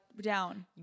down